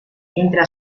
entre